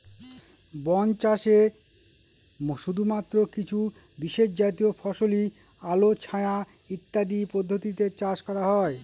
বন চাষে শুধুমাত্র কিছু বিশেষজাতীয় ফসলই আলো ছায়া ইত্যাদি পদ্ধতিতে চাষ করা হয়